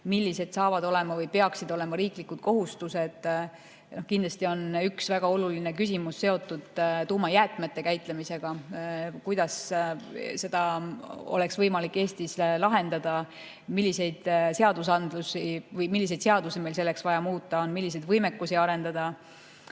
millised saavad olema või peaksid olema riigi kohustused. Kindlasti on üks väga oluline küsimus seotud tuumajäätmete käitlemisega: kuidas seda oleks võimalik Eestis lahendada, milliseid seadusi meil selleks vaja muuta on, milliseid võimekusi arendada.